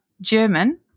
German